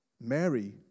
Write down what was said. Mary